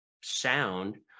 sound